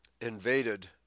invaded